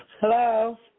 Hello